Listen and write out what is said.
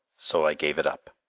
so i gave it up,